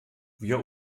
wir